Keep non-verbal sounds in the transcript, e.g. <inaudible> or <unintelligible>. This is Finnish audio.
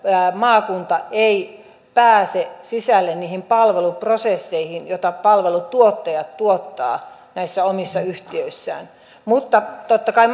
maakunta ei pääse sisälle niihin palveluprosesseihin joita palveluntuottajat tuottavat näissä omissa yhtiöissään mutta totta kai <unintelligible>